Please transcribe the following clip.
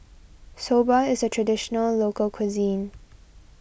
Soba is a Traditional Local Cuisine